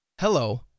hello